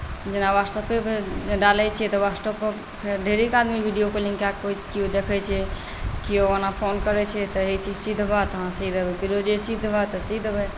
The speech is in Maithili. जेना वाट्सएपे भेल तऽ डालैत छी तऽ वाट्सएप पर ढेरिक आदमी कऽ वीडियोपर लिङ्क कए कऽ केओ देखैत छै केओ ओना फोन करैत छै तऽ कहैत छै सी देबेँ तऽ हँ सी देबै कहैत छै सी देबेँ तऽ हँ सी देबौ